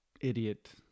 idiot